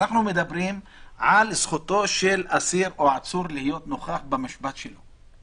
אנחנו מדברים על זכותו של אסיר או עצור להיות נוכח במשפט שלו.